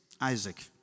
Isaac